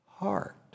heart